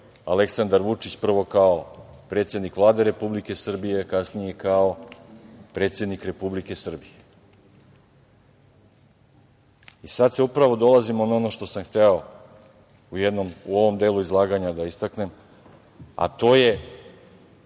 Aleksandar Vučić, prvo kao predsednik Vlade Republike Srbije a kasnije kao predsednik Republike Srbije. Sad upravo dolazimo na ono što sam hteo u ovom delu izlaganja da istaknem, a to je,